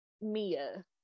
Mia